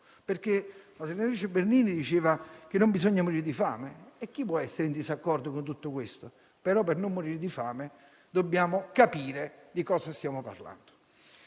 La senatrice Bernini diceva che non bisogna morire di fame; chi può essere in disaccordo? Però, per non morire di fame, dobbiamo capire di cosa stiamo parlando.